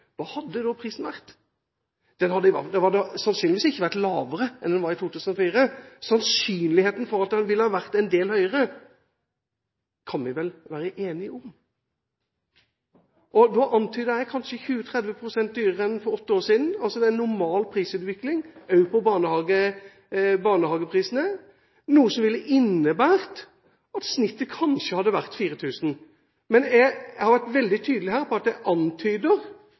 Hva hadde da prisen vært? Den hadde sannsynligvis ikke vært lavere enn den var i 2004. Sannsynligheten for at den ville ha vært en del høyere, kan vi vel være enige om? Jeg antydet kanskje 20–30 pst. dyrere enn for 8 år siden, altså en normal prisutvikling også for barnehagene, noe som ville innebåret at snittet kanskje hadde vært på 4 000 kr. Men jeg har vært veldig tydelig på at jeg antyder, og så får det